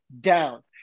down